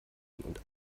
und